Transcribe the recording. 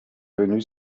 venus